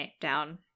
down